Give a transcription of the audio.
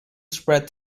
spread